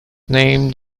named